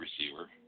receiver